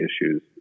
issues